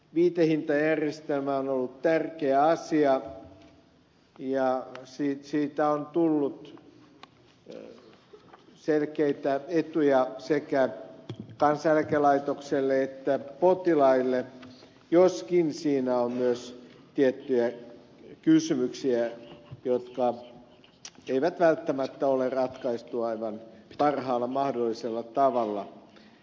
viitehintajärjestelmä on ollut tärkeä asia ja siitä on tullut selkeitä etuja sekä kansaeläkelaitokselle että potilaille joskin siinä on myös tiettyjä kysymyksiä joita ei välttämättä ole ratkaistu aivan parhaalla mahdollisella tavalla